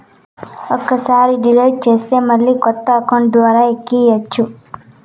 ఒక్కసారి డిలీట్ చేస్తే మళ్ళీ కొత్త అకౌంట్ ద్వారా ఎక్కియ్యచ్చు